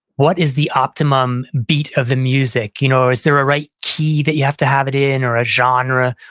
what is the optimum beat of the music? you know is there a right key that you have to have it in or a genre?